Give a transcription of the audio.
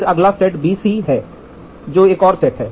फिर अगला set BC है जो एक और सेट है